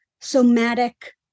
somatic